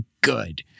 good